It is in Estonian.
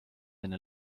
enne